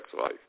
life